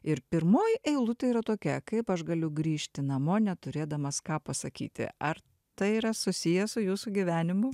ir pirmoji eilutė yra tokia kaip aš galiu grįžti namo neturėdamas ką pasakyti ar tai yra susiję su jūsų gyvenimu